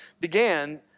began